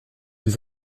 ils